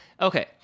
Okay